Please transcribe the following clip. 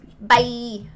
Bye